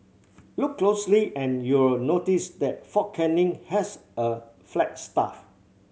look closely and you'll notice that Fort Canning has a flagstaff